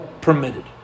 permitted